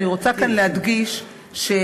אני רוצה כאן להדגיש שהמשרד,